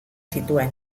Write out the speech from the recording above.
zituen